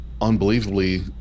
unbelievably